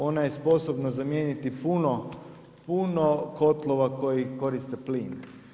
Ona je sposobna zamijeniti puno kotlova koji koriste plin.